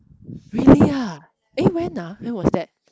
really ah eh when ah when was that